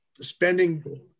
spending